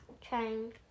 trying